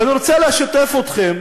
ואני רוצה לשתף אתכם,